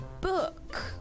book